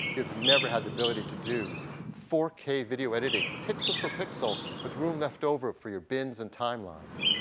you've never had the ability to do four k video editing, pixel for pixel with room left over for your bins and timelines.